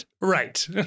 right